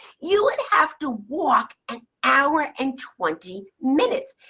you would have to walk an hour and twenty minutes.